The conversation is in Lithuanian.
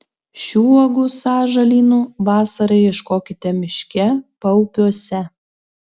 šių uogų sąžalynų vasarą ieškokite miške paupiuose